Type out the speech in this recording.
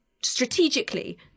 strategically